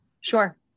Sure